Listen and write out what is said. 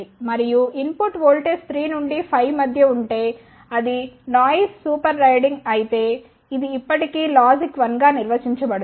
మరియు input voltage 3 నుండి 5 మధ్య ఉంటే మరియు నాయిస్ సూపర్ రైడింగ్ అయితే అది ఇప్పటి కీ లాజిక్ 1 గా నిర్వచించబడుతుంది